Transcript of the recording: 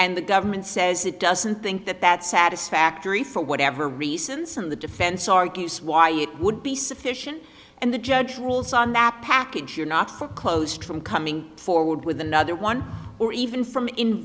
and the government says it doesn't think that that's satisfactory for whatever reasons and the defense argues why it would be sufficient and the judge rules on the map package you're not closed from coming forward with another one or even from in